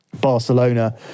Barcelona